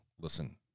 listen